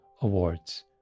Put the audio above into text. awards